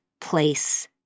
place